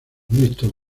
mixtos